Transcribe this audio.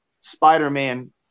Spider-Man